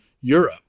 Europe